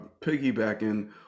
piggybacking